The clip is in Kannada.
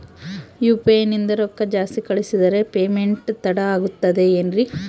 ಯು.ಪಿ.ಐ ನಿಂದ ರೊಕ್ಕ ಜಾಸ್ತಿ ಕಳಿಸಿದರೆ ಪೇಮೆಂಟ್ ತಡ ಆಗುತ್ತದೆ ಎನ್ರಿ?